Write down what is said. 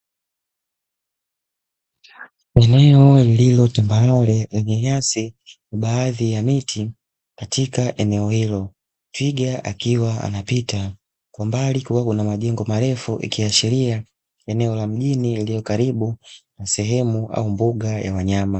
Eneo lililo tambarare lenye nyasi, baadhi ya miti katika eneo hilo. Twiga akiwa anapita kwa mbali kukiwa na majengo marefu, ikiashiria eneo la mjini lililo karibu na sehemu au mbuga ya wanyama.